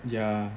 yeah